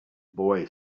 boy